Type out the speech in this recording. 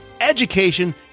education